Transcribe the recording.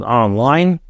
online